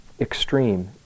extreme